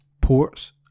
Ports